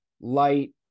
light